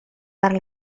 para